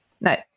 No